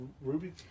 Ruby